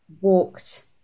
walked